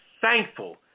thankful